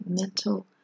mental